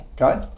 Okay